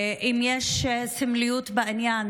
אם יש סמליות בעניין,